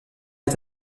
est